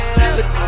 look